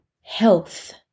health